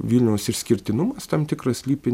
vilniaus išskirtinumas tam tikras slypi